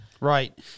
Right